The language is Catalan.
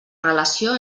relació